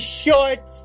short